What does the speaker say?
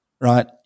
right